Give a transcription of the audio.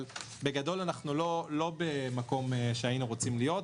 בגדול אנחנו לא במקום שהיינו רוצים להיות בו.